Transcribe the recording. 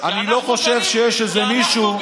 אני לא חושב שיש איזה מישהו,